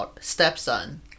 stepson